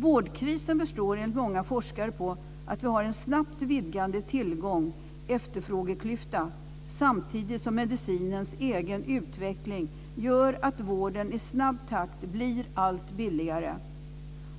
Vårdkrisen beror enligt många forskare på att vi har en snabbt vidgande tillgång-efterfrågeklyfta samtidigt som medicinens egen utveckling gör att vården i snabb takt blir allt billigare.